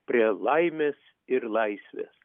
prie laimės ir laisvės